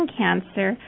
cancer